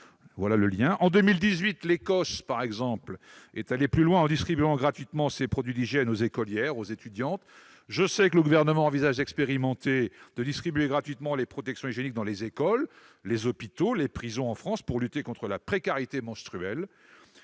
produits de luxe. En 2018, l'Écosse, par exemple, est allée plus loin en distribuant gratuitement ces produits d'hygiène aux écolières et aux étudiantes. Je sais que le Gouvernement envisage une expérimentation : la distribution gratuite des protections hygiéniques dans les écoles, hôpitaux ou prisons, pour lutter contre la précarité menstruelle.